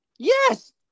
Yes